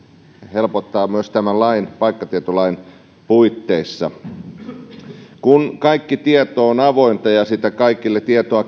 helpottaa myös tämän paikkatietolain puitteissa kun kaikki tieto on avointa ja sitä tietoa